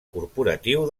corporatiu